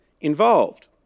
involved